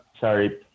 sorry